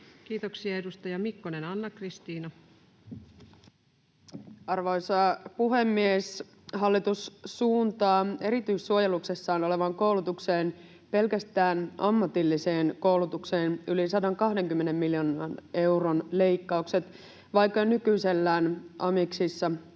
Kiitoksia. — Edustaja Mikkonen, Anna-Kristiina. Arvoisa puhemies! Hallitus suuntaa erityissuojeluksessaan olevaan koulutukseen, pelkästään ammatilliseen koulutukseen, yli 120 miljoonan euron leikkaukset, vaikka nykyisellään amiksissa on